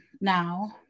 now